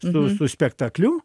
su su spektakliu